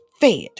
fed